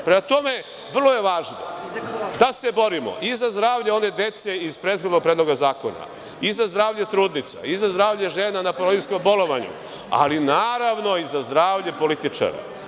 Prema tome, vrlo je važno da se borimo i za zdravlje one dece iz prethodnog predloga zakona i za zdravlje trudnica i za zdravlje žena na porodiljskom bolovanju, ali naravno i za zdravlje političara.